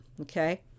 Okay